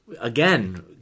again